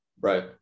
Right